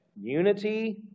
unity